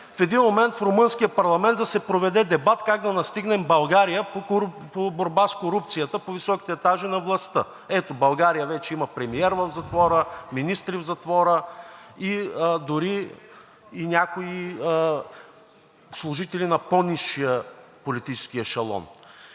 в един момент в румънския парламент да се проведе дебат как да настигнем България по борба с корупцията по високите етажи на властта – ето, България вече има премиер в затвора, министри в затвора и дори някои служители на по-нисшия политически ешалон.